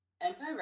Empire